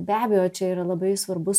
be abejo čia yra labai svarbus